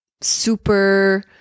super